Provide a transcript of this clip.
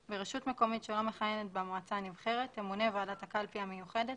ברשות מקומית שלא מכהנת בה מועצה נבחרת תמונה ועדת הקלפי המיוחדת,